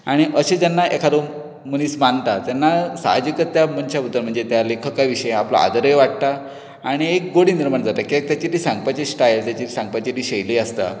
आनी अशें जेन्ना एकादो मनीस मांडटा तेन्ना सहाजीकच त्या मनशा बद्दल म्हणजे त्या लेखका विशीं आपलो आदरूय वाडटा आनी एक गोडी निर्माण जाता कित्याक ताची सांगपाची स्टाइल ताची सांगपाची जी शैली आसता